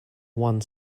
one